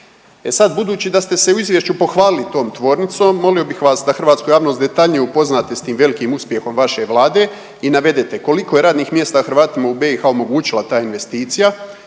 E sad, budući da ste se u Izvješću pohvalili tom tvornicom, molio bih vas da hrvatsku javnost detaljnije upoznate s tim velikim uspjehom vaše Vlade i navedete koliko je radnih mjesta Hrvatima u BiH omogućila ta investicija,